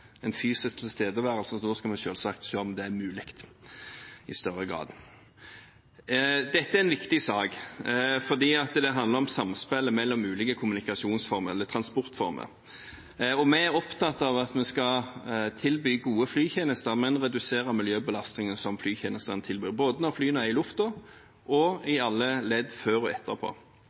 en fysisk tilstedeværelse, så da skal vi selvsagt se om det er mulig i større grad. Dette er en viktig sak, fordi det handler om samspillet mellom ulike transportformer. Vi et opptatt av at vi skal tilby gode flytjenester, men redusere miljøbelastningen som flytjenestene innebærer, både når flyene er i luften og i alle ledd før og etterpå.